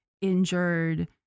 injured